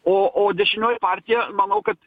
o o dešinioji partija manau kad